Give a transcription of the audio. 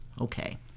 okay